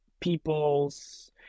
people's